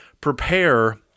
prepare